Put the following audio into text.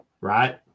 right